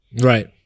Right